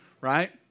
right